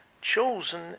chosen